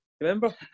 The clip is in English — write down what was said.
remember